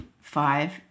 five